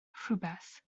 rhywbeth